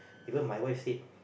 even my wife said